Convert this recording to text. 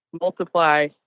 multiply